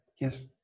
Yes